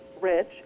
rich